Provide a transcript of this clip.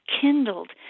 kindled